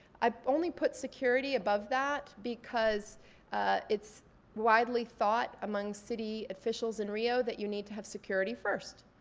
i only put security above that because it's widely thought among city officials in rio that you need to have security first.